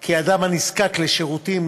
כי אדם הנזקק לשירותים,